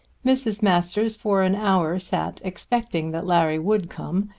mrs. masters for an hour sat expecting that larry would come,